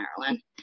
Maryland